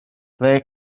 ble